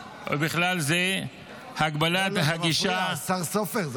מפריע, השר סופר.